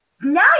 now